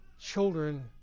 children